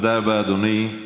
תודה רבה, אדוני.